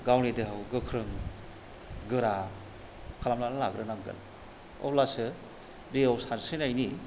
गावनि देहाखौ गोख्रों गोरा खालामनानै लाग्रोनांगोन अब्लासो दैयाव सानस्रिनायनि